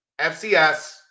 FCS